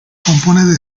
compone